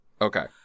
Okay